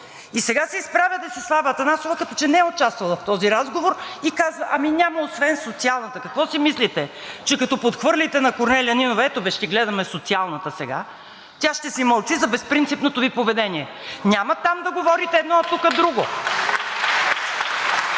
И сега се изправя Десислава Атанасова, като че не е участвала в този разговор, и казва: „Ами, няма, освен Социалната.“ Какво си мислите, че като подхвърлите на Корнелия Нинова – ето бе, ще гледаме Социалната сега, тя ще си мълчи за безпринципното Ви поведение. Няма там да говорите едно, а тук друго.